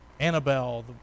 Annabelle